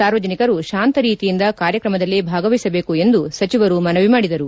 ಸಾರ್ವಜನಿಕರು ಶಾಂತ ರೀತಿಯಿಂದ ಕಾರ್ಯಕ್ರಮದಲ್ಲಿ ಭಾಗವಹಿಸಬೇಕು ಎಂದು ಸಚಿವರು ಮನವಿ ಮಾಡಿದರು